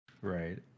right